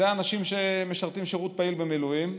אלה האנשים שמשרתים שירות פעיל במילואים.